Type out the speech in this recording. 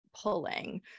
pulling